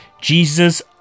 Jesus